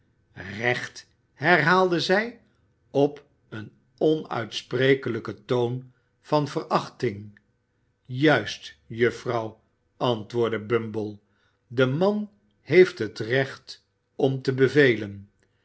recht herhaalde zij op een onuitsprekelijken toon van verachting juist juffrouw antwoordde bumble de man heeft het recht om te bevelen